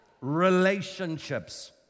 Relationships